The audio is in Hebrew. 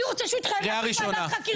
אני רוצה שהוא התחייב להקים ועדת חקירה.